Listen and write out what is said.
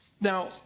Now